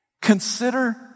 Consider